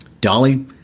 Dolly